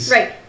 Right